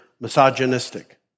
misogynistic